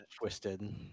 twisted